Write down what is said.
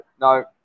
no